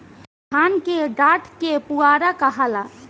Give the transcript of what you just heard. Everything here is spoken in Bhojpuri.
धान के डाठ के पुआरा कहाला